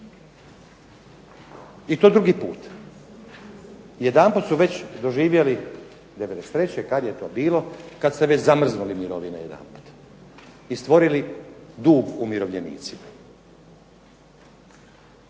i to drugi put. Jedanput su već doživjeli '93. kad je to bilo kad se već zamrznuli mirovine jedanput i stvorili dug umirovljenicima.